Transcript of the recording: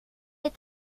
est